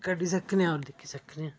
कड्ढी सकने आं और दिक्खी सकने आं